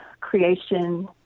creation